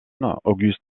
marie